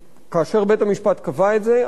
וכאשר בית-המשפט קבע את זה,